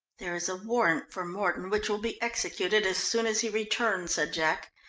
there is a warrant for mordon which will be executed as soon as he returns, said jack.